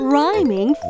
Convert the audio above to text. Rhyming